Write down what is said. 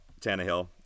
Tannehill